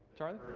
charlie?